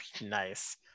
nice